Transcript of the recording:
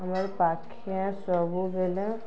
ଆମର୍ ପାଖିଆ ସବୁବେଲେ